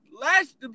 last